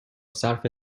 صرف